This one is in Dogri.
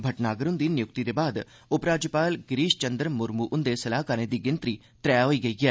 भटनागर हुन्दी नियुक्ति दे बाद उपराज्यपाल गिरीश चन्द्र मुरमू हुन्दे सलाहकारें दी गिनत्री त्रै होई गेई ऐ